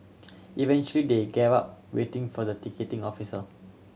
eventually they gave up waiting for the ticketing officer